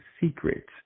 secret